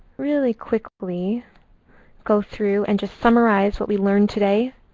really quickly go through and just summarize what we learned today.